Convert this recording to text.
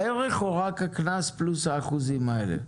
הערך או רק הקנס פלוס האחוזים האלה?